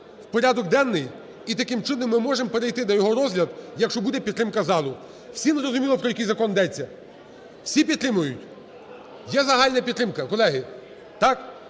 порядок денний і таким чином ми можемо перейти до його розгляду, якщо буде підтримка залу. Всім зрозуміло про який закон йдеться? Всі підтримують? Є загальна підтримка, колеги? Так?